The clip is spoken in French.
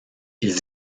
ils